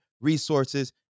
resources